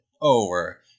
over